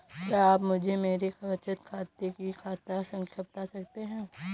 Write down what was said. क्या आप मुझे मेरे बचत खाते की खाता संख्या बता सकते हैं?